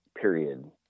period